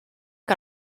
que